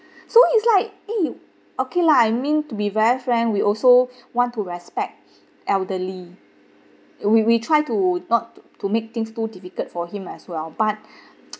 so it's like eh okay lah I mean to be very frank we also want to respect elderly we we try to not to make things too difficult for him as well but